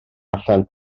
allan